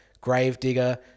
Gravedigger